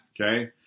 okay